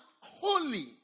holy